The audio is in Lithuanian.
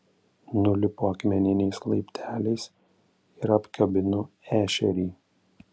nulipu akmeniniais laipteliais ir apkabinu ešerį